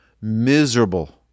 Miserable